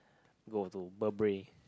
go to Burberry